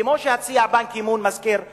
כמו שהציע באן קי-מון מזכיר האו"ם,